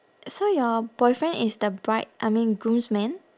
so your boyfriend is the bride I mean groomsman